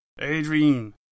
Adrian